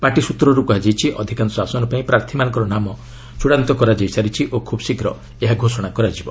party ସୂତ୍ରରୁ କୁହାଯାଇଛି ଅଧିକାଂଶ ଆସନ ପାଇଁ ପ୍ରାର୍ଥୀମାନଙ୍କ ନାମ ଚୂଡ଼ାନ୍ତ କରାଯାଇସାରିଛି ଓ ଖୁବ୍ ଶୀଘ୍ର ଏହା ଘୋଷଣା କରାଯିବ